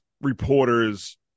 reporters